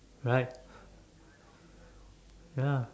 right ya lah